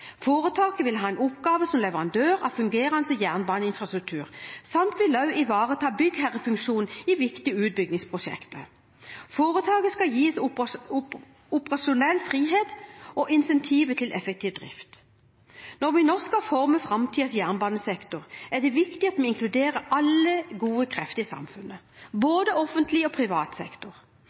Foretaket vil ha en oppgave som leverandør av fungerende jernbaneinfrastruktur samt ivareta byggherrefunksjonen i viktige utbyggingsprosjekter. Foretaket skal gis operasjonell frihet og incentiver til effektiv drift. Når vi nå skal forme framtidens jernbanesektor, er det viktig at vi inkluderer alle gode krefter i samfunnet, både offentlig og privat sektor.